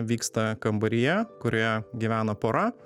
vyksta kambaryje kurioje gyvena pora